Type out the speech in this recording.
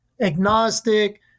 agnostic